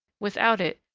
without it,